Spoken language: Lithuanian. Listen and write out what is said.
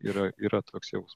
yra yra toks jaus